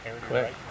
quick